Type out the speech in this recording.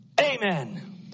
Amen